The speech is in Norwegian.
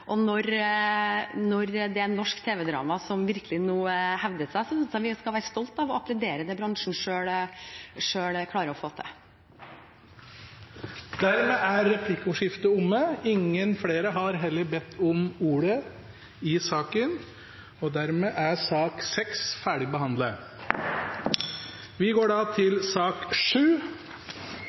og når norsk tv-drama virkelig nå hevder seg, synes jeg vi skal være stolte av det og applaudere det bransjen selv klarer å få til. Dermed er replikkordskiftet omme. Flere har ikke bedt om ordet til sak